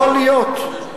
יכול להיות.